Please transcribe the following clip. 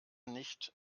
nicht